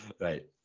Right